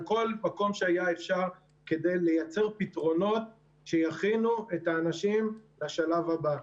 עם כל מקום שהיה שאפשר כדי לייצר פתרונות שיכינו את האנשים לשלב הבא.